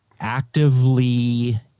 actively